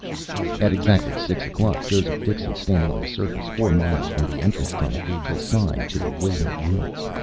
at exactly six o'clock joseph dixon, standing on the surface four miles from the entrance tunnel, gave the sign to the waiting units.